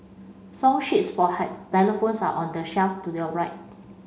song sheets for xylophones are on the shelf to your right